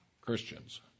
Christians